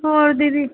ਹੋਰ ਦੀਦੀ